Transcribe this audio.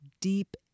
deep